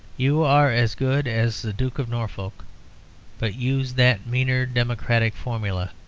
you are as good as the duke of norfolk but used that meaner democratic formula,